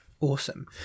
Awesome